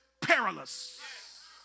perilous